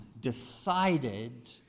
decided